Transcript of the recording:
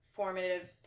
formative